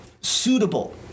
suitable